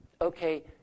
okay